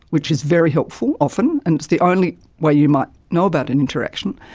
which is very helpful often and it's the only way you might know about an interaction.